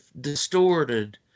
distorted